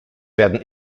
werden